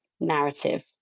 narrative